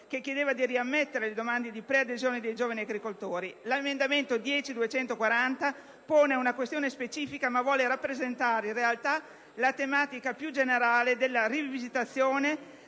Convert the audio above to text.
si chiedeva di riammettere le domande di preadesione dei giovani agricoltori. L'emendamento 10.240 pone una questione specifica, ma vuole rappresentare in realtà la tematica più generale della rivisitazione